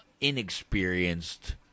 inexperienced